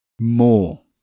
more